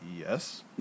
Yes